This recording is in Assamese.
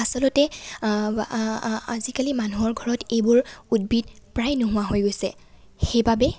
আচলতে আজিকালি মানুহৰ ঘৰত এইবোৰ উদ্ভিদ প্ৰায় নোহোৱা হৈ গৈছে সেইবাবে